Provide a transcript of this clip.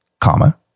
comma